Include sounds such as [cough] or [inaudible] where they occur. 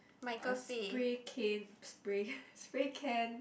uh spray cane spray [laughs] can